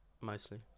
Mostly